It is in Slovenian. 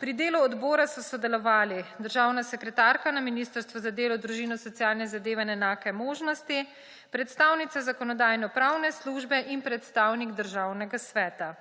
Pri delu odbora so sodelovali: državna sekretarka na Ministrstvu za delo, družino, socialne zadeve in enake možnosti, predstavnica Zakonodajno-pravne službe in predstavnik Državnega sveta.